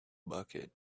bucket